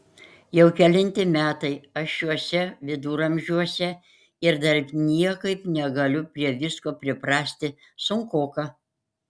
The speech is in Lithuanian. jau kelinti metai aš šiuose viduramžiuose ir dar niekaip negaliu prie visko priprasti sunkoka